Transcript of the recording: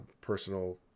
Personal